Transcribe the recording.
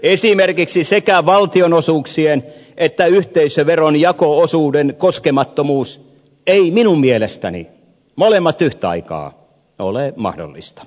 esimerkiksi sekä valtionosuuksien että yhteisöveron jako osuuden koskemattomuus ei minun mielestäni molemmat yhtä aikaa ole mahdollista